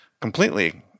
Completely